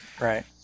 Right